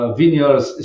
vineyards